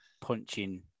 punching